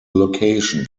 location